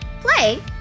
play